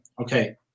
Okay